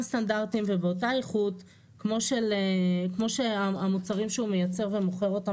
סטנדרטים ובאותה איכות כמו שהמוצרים שהוא מייצר ומוכר אותם